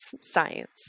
science